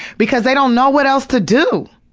because they don't know what else to do.